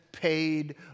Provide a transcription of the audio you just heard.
paid